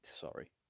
sorry